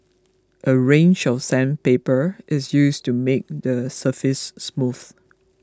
a range of sandpaper is used to make the surface smooth